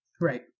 Right